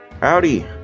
Howdy